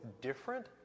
different